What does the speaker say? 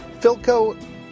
Philco